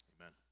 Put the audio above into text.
amen